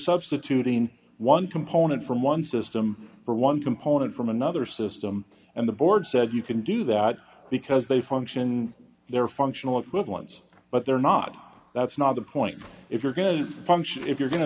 substituting one component from one system or one component from another system and the board said you can do that because they function their functional equivalents but they're not that's not the point if you're going to function if you're going to